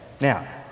Now